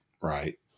right